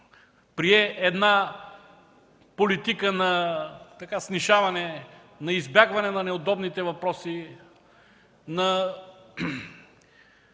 прие една политика на снишаване, на избягване на неудобните въпроси, на